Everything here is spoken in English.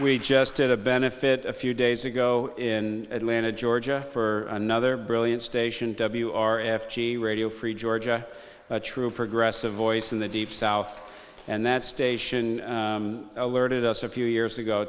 we just did a benefit a few days ago in atlanta georgia for another brilliant station w r f g radio free ga a true progressive voice in the deep south and that station alerted us a few years ago